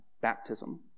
baptism